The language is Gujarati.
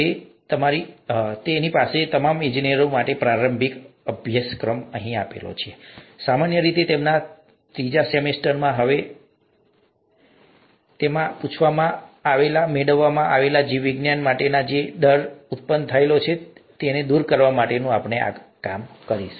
તેથી અમારી પાસે અહીં તમામ ઇજનેરો માટે પ્રારંભિક અભ્યાસક્રમ છે સામાન્ય રીતે તેમના ત્રીજા સેમેસ્ટરમાં હવે મને લાગે છે કે તે થોડાક પછીના સેમેસ્ટરમાં છે જ્યાં અમે તેમને મેળવવા પૂછવા તેમને જીવવિજ્ઞાન માટેના ડરને દૂર કરવા માટે કામ કરીએ છીએ